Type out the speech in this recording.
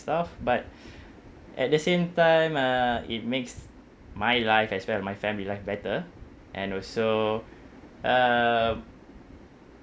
stuff but at the same time uh it makes my life as well as my family life better and also um